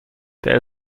there